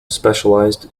specialized